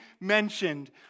mentioned